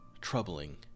troubling